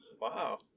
Wow